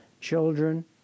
children